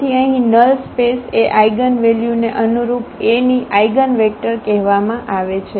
તેથી અહીં null space એ આઇગનવેલ્યુ ને અનુરૂપ A ની આઇગનવેક્ટર કહેવામાં આવે છે